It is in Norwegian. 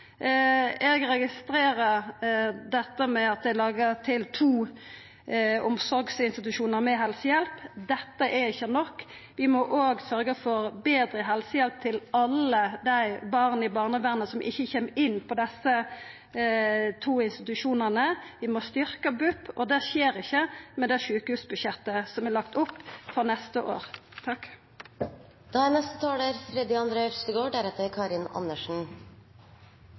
Eg registrerer at dei lagar til to omsorgsinstitusjonar med helsehjelp. Dette er ikkje nok. Vi må òg sørgja for betre helsehjelp til alle dei barna i barnevernet som ikkje kjem inn på desse to institusjonane. Vi må styrkja BUP, og det skjer ikkje med det sjukehusbudsjettet som er lagt opp for neste år. Norge er